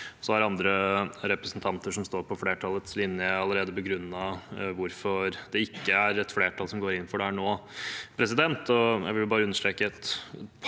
imot. Andre representanter som står på flertallets linje, har allerede begrunnet hvorfor det ikke er et flertall som går inn for dette nå.